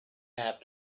had